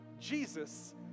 Jesus